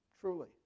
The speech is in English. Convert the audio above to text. truly